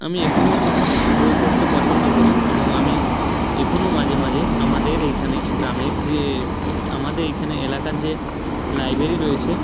আমি এখনও বই পড়তে পছন্দ করি এবং আমি এখনও মাঝে মাঝে আমাদের এইখানে গ্রামের যে আমাদের এইখানে এলাকার যে লাইব্রেরি রয়েছে